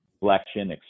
flexion